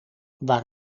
waar